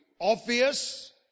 obvious